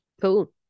Cool